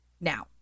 Now